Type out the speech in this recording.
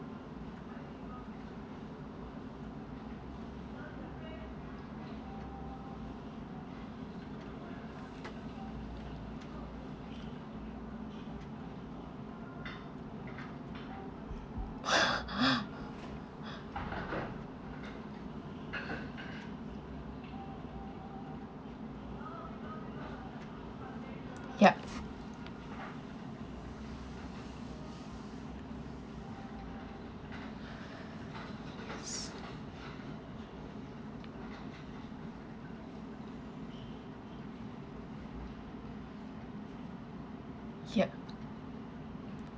yup yup